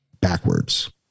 backwards